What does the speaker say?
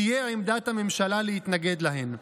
תהיה עמדת הממשלה להתנגד להן.